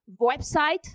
website